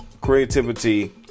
creativity